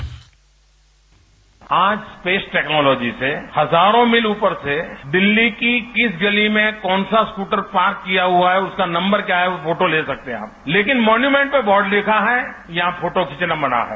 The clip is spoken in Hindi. बाइट आज स्पेस टेकनोलॉजी से हजारों मील ऊपर से दिल्ली की किस गली में कौन सा स्कूटर पार्क किया हुआ है उसका नंबर क्या है वो फोटो ले सकते हैं लेकिन मौनूमेंट पर बोर्ड लिखा है यहां फोटो खींचना मना है